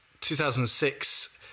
2006